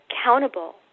accountable